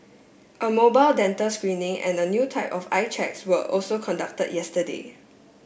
a mobile dental screening and a new type of eye checks were also conducted yesterday